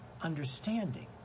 understanding